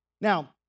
Now